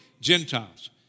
Gentiles